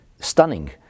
Stunning